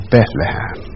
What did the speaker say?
Bethlehem